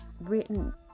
written